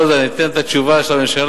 בכל זאת אני אתן את התשובה של הממשלה,